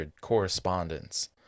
correspondence